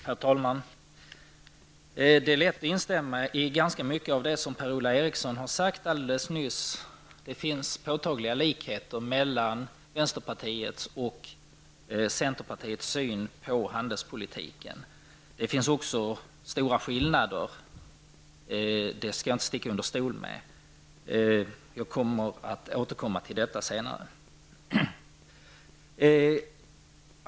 Herr talman! Det är lätt att instämma i ganska mycket av det som Per-Ola Eriksson har sagt. Det finns påtagliga likheter mellan centerpartiets och vänsterpartiets syn på handelspolitiken. Det finns också stora skillnader -- det skall jag inte sticka under stol med, och jag återkommer till detta senare.